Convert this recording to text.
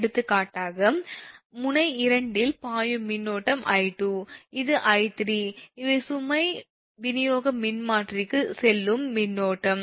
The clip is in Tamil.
எடுத்துக்காட்டாக முனை 2 இல் பாயும் மின்னோட்டம் 𝐼2 இது 𝐼3 இவை சுமை விநியோக மின்மாற்றிக்கு செல்லும் மின்னோட்டம்